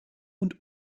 und